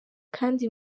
kdi